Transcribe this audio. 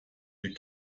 ihr